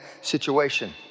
situation